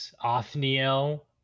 Othniel